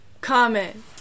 Comment